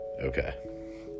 Okay